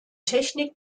technik